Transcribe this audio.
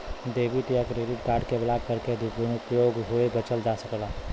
debit या credit card के block करके दुरूपयोग होये बचल जा सकला